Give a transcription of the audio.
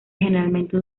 generalmente